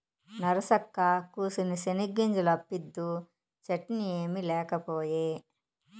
నరసక్కా, కూసిన్ని చెనిగ్గింజలు అప్పిద్దూ, చట్నీ ఏమి లేకపాయే